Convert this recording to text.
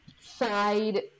side